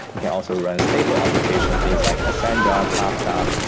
it can also run stateful application, and things like cassandra, kafka,